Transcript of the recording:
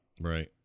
Right